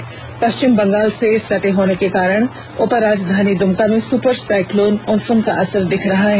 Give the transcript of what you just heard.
उधर पश्चिम बंगाल से सटे होने के कारण उपराजधानी दुमका में सुपर साइक्लोन उम्पुन का असर दिखने लगा है